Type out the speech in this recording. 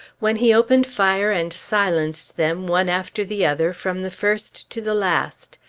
when he opened fire and silenced them, one after the other, from the first to the last.